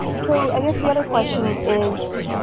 so i guess the other question is,